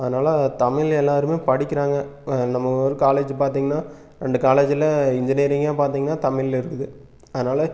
அதனால் தமிழ் எல்லோருமே படிக்கிறாங்க நம்ம ஊர் காலேஜ் பார்த்திங்கன்னா எங்கள் காலேஜில் இன்ஜினியரிங் பார்த்திங்கன்னா தமிழில் இருக்குது அதனால்